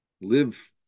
Live